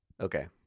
Okay